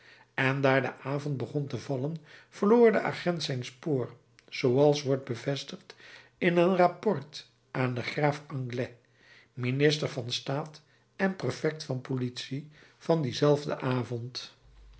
en daar de avond begon te vallen verloor de agent zijn spoor zooals wordt bevestigd in een rapport aan den graaf anglès minister van staat en prefect van politie van dienzelfden avond